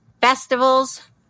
festivals